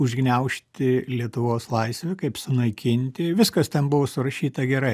užgniaužti lietuvos laisvę kaip sunaikinti viskas ten buvo surašyta gerai